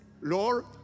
Lord